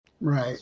Right